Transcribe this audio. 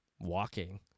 walking